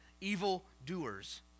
evildoers